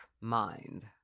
mind